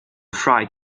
fry